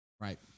right